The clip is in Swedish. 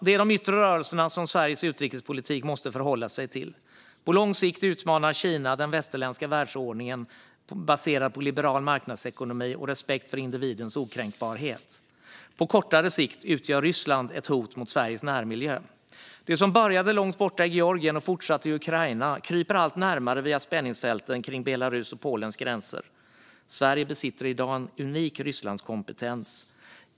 Det är de yttre rörelserna som Sveriges utrikespolitik måste förhålla sig till. På lång sikt utmanar Kina den västerländska världsordningen baserad på liberal marknadsekonomi och respekt för individens okränkbarhet. På kortare sikt utgör Ryssland ett hot mot Sveriges närmiljö. Det som började långt borta i Georgien och fortsatte i Ukraina kryper allt närmare via spänningsfälten kring Belarus och Polens gränser. Sverige besitter i dag en unik Rysslandskompetens.